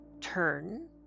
turn